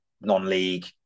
non-league